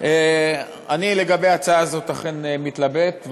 אני לגבי ההצעה הזאת אכן מתלבט,